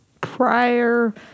Prior